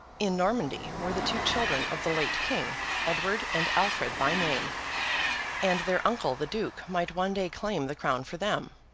in normandy were the two children of the late king edward and alfred by name and their uncle the duke might one day claim the crown for them.